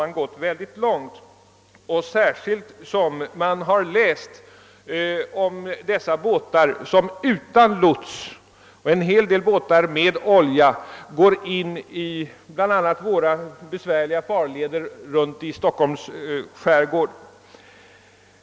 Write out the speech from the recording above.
Jag tycker det är att gå väl långt, särskilt som vi fått läsa om båtar utan lots och båtar med olja som går in i våra besvärliga farleder exempelvis i Stockholms skärgård.